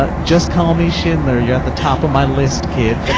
ah just call me schindler, you're at the top of my list kid.